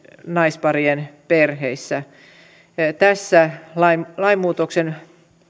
naisparien perheissä lainmuutoksen